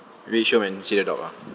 race home and see the dog ah